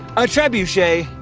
a trebuchet.